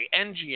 NGA